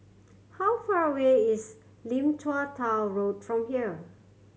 how far away is Lim Tua Tow Road from here